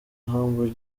humble